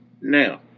Now